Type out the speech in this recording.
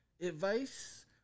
Advice